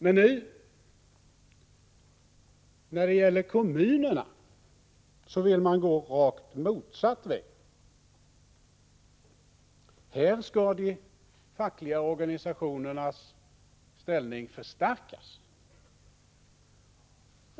Men när det gäller kommunerna vill man gå rakt motsatt väg. Här skall de fackliga organisationernas ställning förstärkas.